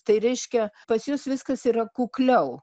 tai reiškia pas juos viskas yra kukliau